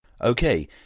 Okay